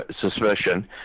suspicion